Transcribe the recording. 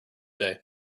today